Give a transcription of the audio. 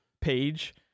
page